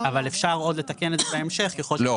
אבל אפשר עוד לתקן את זה בהמשך --- לא,